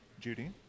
Judy